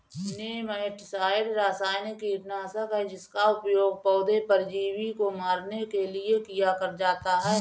nematicide रासायनिक कीटनाशक है जिसका उपयोग पौधे परजीवी को मारने के लिए किया जाता है